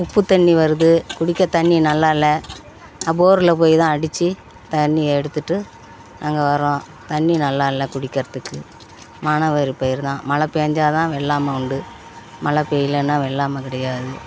உப்பு தண்ணி வருது குடிக்க தண்ணி நல்லா இல்லை போரில் போய் தான் அடித்து தண்ணி எடுத்துட்டு நாங்கள் வர்றோம் தண்ணி நல்லா இல்லை குடிக்கிறதுக்கு மானாவாரி பயிறு தான் மழை பெஞ்சா தான் வெள்ளாமை உண்டு மழை பெய்யலனா வெள்ளாமை கிடையாது